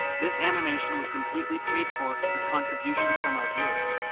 this animation was completely paid for with contributions from our viewers.